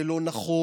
זה לא נכון,